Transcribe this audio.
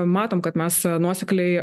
matom kad mes nuosekliai